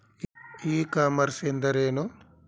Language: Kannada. ಇ ಕಾಮರ್ಸ್ ಎಂದರೇನು?